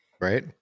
Right